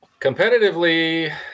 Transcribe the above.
Competitively